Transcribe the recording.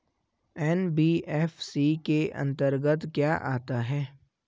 NBFC के अंतर्गत क्या आता है?